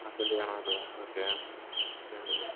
ആ ഫില്ലയ്ണോല്ലേ ഓക്കേ